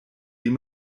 dem